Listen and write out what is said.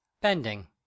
bending